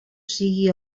sigui